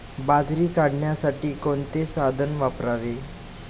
बाजरी काढण्यासाठी कोणते साधन वापरावे?